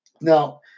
Now